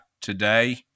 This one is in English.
today